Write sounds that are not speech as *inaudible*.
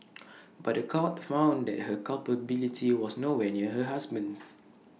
*noise* but The Court found that her culpability was nowhere near her husband's